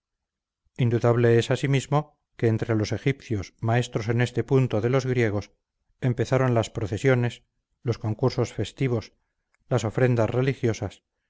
indudable es asimismo que entre los egipcios maestros en este punto de los griegos empezaron las procesiones los concursos festivos las ofrendas religiosas